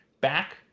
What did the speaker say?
back